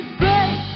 break